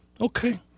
Okay